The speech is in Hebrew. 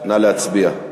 נא להצביע.